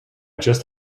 just